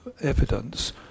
evidence